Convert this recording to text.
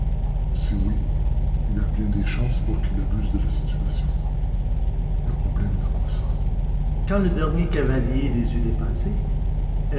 si oui il y a bien des chances pour qu'il abuse de la situation le problème est angoissant quand le dernier cavalier les eut dépassés